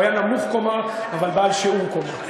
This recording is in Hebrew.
הוא היה נמוך קומה, אבל בעל שיעור קומה.